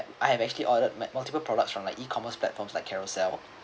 I have actually ordered me~ multiple products from like e-commerce platforms like Carousell